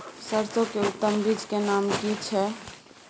सरसो के उत्तम बीज के नाम की छै?